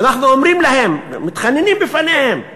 ואנחנו אומרים להם, מתחננים בפניהם: